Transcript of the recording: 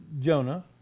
Jonah